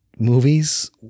Movies